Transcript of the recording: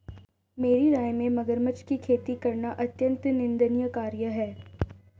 मेरी राय में मगरमच्छ की खेती करना अत्यंत निंदनीय कार्य है